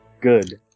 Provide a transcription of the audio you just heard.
good